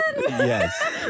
Yes